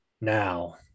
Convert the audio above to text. now